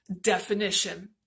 definition